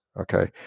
okay